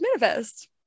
Manifest